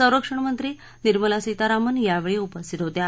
संरक्षणमंत्री निर्मला सीतारामन यावेळी उपस्थित होत्या